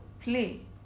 play